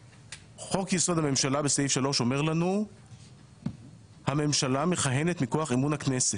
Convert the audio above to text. חוק יסוד: הממשלה בסעיף 3 אומר לנו שהממשלה מכהנת מכוח אמון הכנסת.